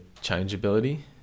changeability